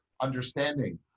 understanding